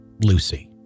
Lucy